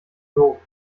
klo